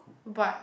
but